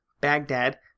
Baghdad